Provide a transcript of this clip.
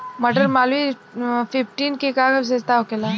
मटर मालवीय फिफ्टीन के का विशेषता होखेला?